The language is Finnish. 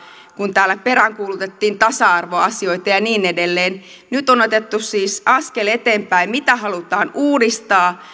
kun täällä peräänkuulutettiin tasa arvoasioita ja niin edelleen nyt on otettu siis askel eteenpäin mitä halutaan uudistaa